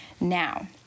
now